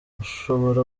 ushobora